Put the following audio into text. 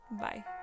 Bye